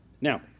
Now